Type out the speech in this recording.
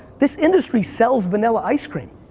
this industry sells vanilla ice cream